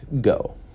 go